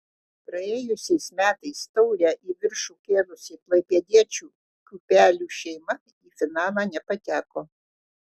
praėjusiais metais taurę į viršų kėlusi klaipėdiečių kiūpelių šeima į finalą nepateko